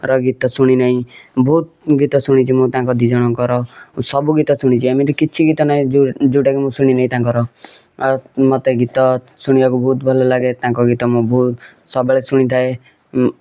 ର ଗୀତ ଶୁଣି ନାହିଁ ବହୁତ ଗୀତ ଶୁଣିଛି ମୁଁ ତାଙ୍କ ଦୁଇ ଜଣଙ୍କର ସବୁ ଗୀତ ଶୁଣିଛି ଏମିତି କିଛି ଗୀତ ନାହିଁ ଯେଉଁ ଯେଉଁଟାକି ମୁଁ ଶୁଣିନି ତାଙ୍କର ଆଉ ମତେ ଗୀତ ଶୁଣିବାକୁ ବହୁତ ଭଲ ଲାଗେ ତାଙ୍କ ଗୀତ ମୁଁ ବହୁତ ସବୁବେଳେ ଶୁଣି ଥାଏ